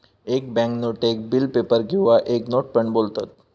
एक बॅन्क नोटेक bill paper किंवा एक नोट पण बोलतत